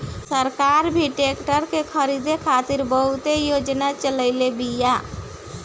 सरकार भी ट्रेक्टर के खरीद खातिर बहुते योजना चलईले बिया